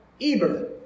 Eber